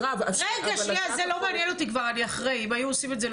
אם היו עושים את זה,